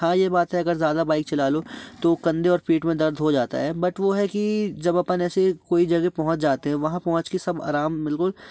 हाँ ये बात है अगर ज़्यादा बाइक चला लो तो कंधे और पीठ में दर्द हो जाता है बट वो है कि जब हम कोई जगह पहुँच जाते हैं वहाँ पहुँच के सब आराम बिलकुल